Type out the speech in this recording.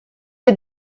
est